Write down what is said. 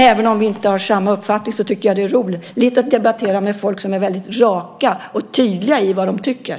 Även om vi inte har samma uppfattning så tycker jag att det är roligt att debattera med folk som är väldigt raka och tydliga med vad de tycker.